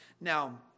Now